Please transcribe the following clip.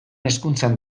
hezkuntzan